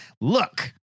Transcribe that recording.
Look